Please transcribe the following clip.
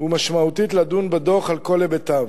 ומשמעותית לדון בדוח על כל היבטיו.